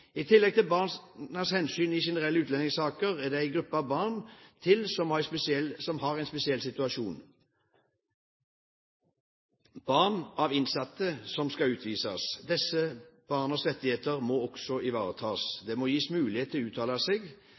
I tillegg til barn i generelle utlendingssaker og hensynet til dem er det en gruppe barn til som er i en spesiell situasjon: barn av innsatte som skal utvises. Disse barnas rettigheter må også ivaretas. De må gis mulighet til å uttale seg.